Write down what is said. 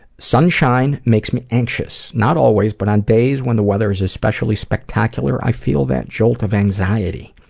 sunshine makes me anxious. not always, but on days when the weather is especially spectacular, i feel that jolt of anxiety.